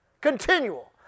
Continual